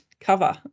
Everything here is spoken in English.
cover